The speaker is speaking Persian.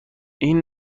این